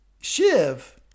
Shiv